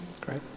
Great